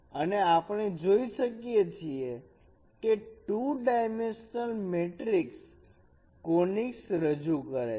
અને આપણે જોઈ શકીએ છીએ કે 2 ડાયમેન્શન મેટ્રિક્સ કોનીક્સ રજૂ કરે છે